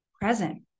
present